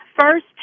first